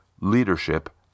Leadership